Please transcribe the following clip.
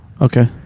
Okay